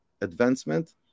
advancement